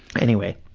anyway,